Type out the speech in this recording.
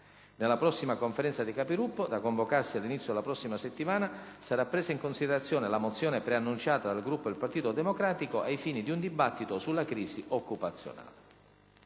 Nella prossima Conferenza dei Capigruppo, da convocarsi all’inizio della prossima settimana, sara presa in considerazione la mozione preannunziata dal Gruppo del Partito Democratico, ai fini di un dibattito sulla crisi occupazionale.